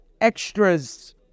extras